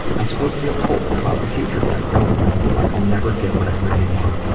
i'm supposed to feel hopeful about the future but i don't. i feel like i'll never get what i really want.